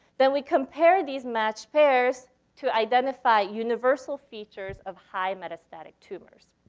then we compared these matched pairs to identify universal features of high-metastatic tumors.